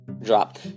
drop